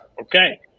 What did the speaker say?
Okay